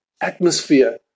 atmosphere